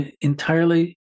entirely